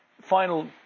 final